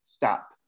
stop